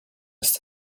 ist